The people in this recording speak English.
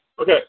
Okay